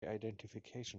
identification